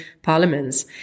parliaments